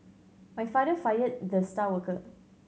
my father fired the star worker